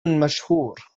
مشهور